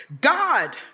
God